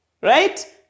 Right